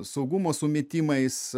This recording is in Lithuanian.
saugumo sumetimais